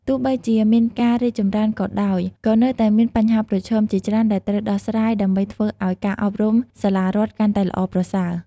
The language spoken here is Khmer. ទោះបីជាមានការរីកចម្រើនក៏ដោយ ក៏នៅតែមានបញ្ហាប្រឈមជាច្រើន ដែលត្រូវដោះស្រាយដើម្បីធ្វើឱ្យការអប់រំសាលារដ្ឋកាន់តែល្អប្រសើរ។